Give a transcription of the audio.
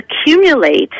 accumulate